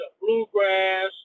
bluegrass